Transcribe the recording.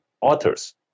authors